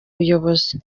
buyobozi